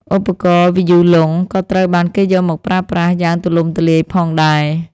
ឧបករណ៍វីយូឡុងក៏ត្រូវបានគេយកមកប្រើប្រាស់យ៉ាងទូលំទូលាយផងដែរ។